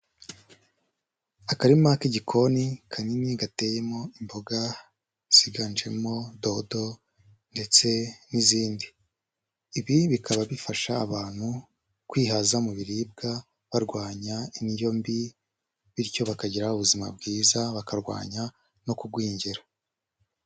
Akarima k'igikoni kanini gateyemo imboga ziganjemo dodo ndetse n'izindi, ibi bikaba bifasha abantu kwihaza mu biribwa barwanya indyo mbi bityo bakagira ubuzima bwiza bakarwanya no kugwingira.